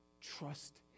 trust